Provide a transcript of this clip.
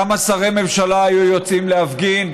כמה שרי ממשלה היו יוצאים להפגין?